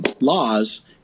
laws